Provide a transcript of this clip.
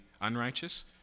unrighteous